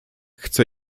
chcę